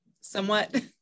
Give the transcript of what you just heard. somewhat